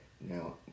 Now